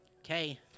Okay